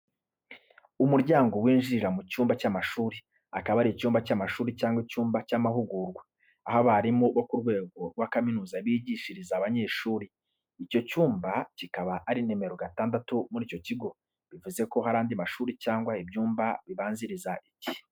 Umuryango winjirirwa mu cyumba cy’amashuri, akaba ari icyumba cy’amashuri cyangwa icyumba cy’amahugurwa, aho abarimu bo ku rwego rwa kaminuza bigishiriza abanyeshuri. Icyo cyumba kikaba ari nimero gatandatu muri icyo kigo, bivuze ko hari andi mashuri cyangwa ibyumba bibanziriza iki.